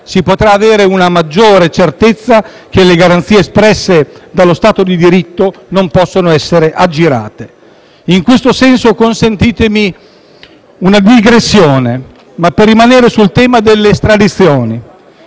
si potrà avere una maggiore certezza che le garanzie espresse dallo Stato di diritto non possono essere aggirate. In questo senso consentitemi una digressione, rimanendo nel tema delle estradizioni.